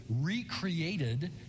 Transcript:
recreated